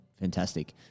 fantastic